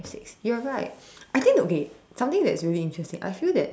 you're right I think okay something that's really interesting I feel that